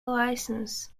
licence